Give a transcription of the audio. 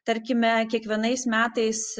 tarkime kiekvienais metais